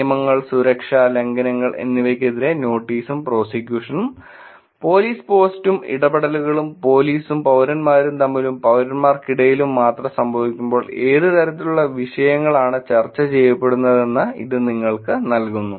നിയമങ്ങൾ സുരക്ഷ ലംഘനങ്ങൾ എന്നിവയ്ക്കെതിരായ നോട്ടീസും പ്രോസിക്യൂഷനും പോലീസ് പോസ്റ്റും ഇടപെടലുകളും പോലീസും പൌരന്മാരും തമ്മിലും പൌരന്മാർക്കിടയിലും മാത്രം സംഭവിക്കുമ്പോൾ ഏത് തരത്തിലുള്ള വിഷയ ങ്ങളാണ് ചർച്ച ചെയ്യപ്പെടുന്നതെന്ന് ഇത് നിങ്ങൾക്ക് നൽകുന്നു